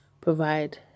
provide